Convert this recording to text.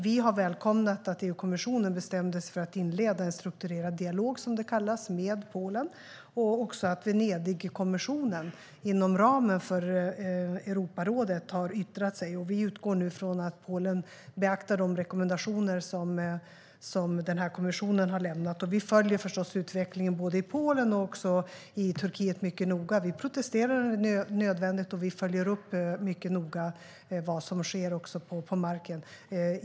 Vi har välkomnat att EU-kommissionen bestämde sig för att inleda en strukturerad dialog, som det kallas, med Polen och även att Venedigkommissionen inom ramen för Europarådet har yttrat sig. Vi utgår nu ifrån att Polen beaktar de rekommendationer som kommissionen har lämnat. Vi följer förstås utvecklingen både i Polen och i Turkiet mycket noga. Vi protesterar när det är nödvändigt, och vi följer också upp mycket noga vad som sker på marken.